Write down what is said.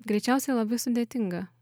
greičiausiai labai sudėtinga